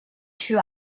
two